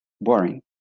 boring